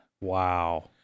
Wow